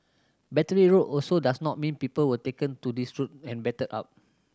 Battery Road also does not mean people were taken to this road and battered up